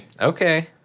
Okay